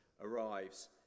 arrives